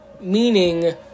meaning